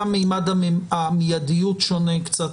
גם ממד המיידיות שונה קצת.